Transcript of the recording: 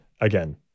again